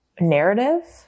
narrative